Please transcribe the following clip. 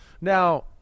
Now